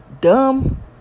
dumb